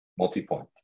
multi-point